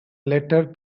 letter